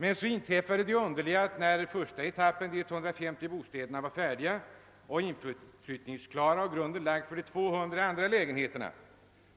Men sedan inträffade det underliga att när första etappens 150 nya lägenheter stod färdiga och inflyttningsklara och grunden var lagd för ytterligare 200 lägenheter,